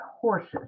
horses